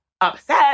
upset